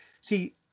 See